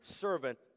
servant